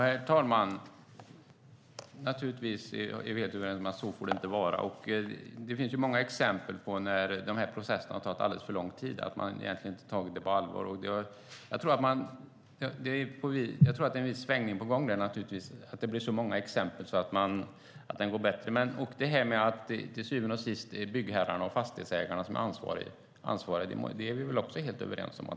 Herr talman! Naturligtvis får det inte vara så. Det finns många exempel på när de här processerna har tagit alldeles för lång tid och att man inte har tagit det på allvar. Jag tror att det är en svängning på gång eftersom det finns så många exempel. Det här med att det till syvende och sist är byggherrarna och fastighetsägarna som är ansvariga är vi också helt överens om.